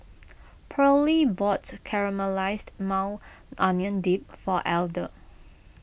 Pearlie bought Caramelized Maui Onion Dip for Elder